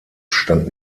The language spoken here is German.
stand